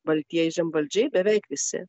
baltieji žemvaldžiai beveik visi